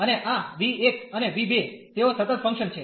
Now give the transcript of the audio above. અને આ v1 અને v2 તેઓ સતત ફંકશન છે